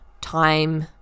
time